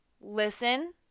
listen